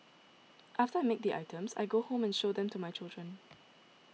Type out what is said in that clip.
after I make the items I go home and show them to my children